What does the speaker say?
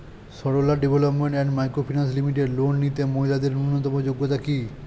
Sarala development and micro finance limited loan নিতে মহিলাদের ন্যূনতম যোগ্যতা কী?